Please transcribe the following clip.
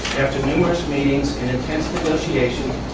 after numerous meetings and intense negotiation,